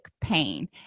pain